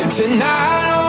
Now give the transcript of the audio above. tonight